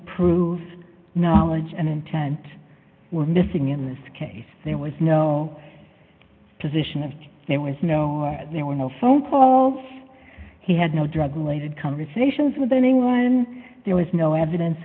prove knowledge and intent were missing in this case there was no position of there was no there were no phone calls he had no drug related conversations with anyone there was no evidence